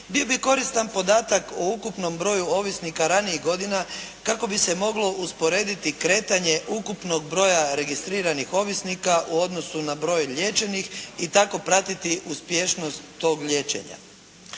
bio bi koristan podatak o ukupnom broju ovisnika ranijih godina kako bi se moglo usporediti kretanje ukupnog broja registriranih ovisnika u odnosu na broj liječenih i tako pratiti uspješnost tog liječenja.